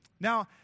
Now